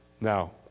Now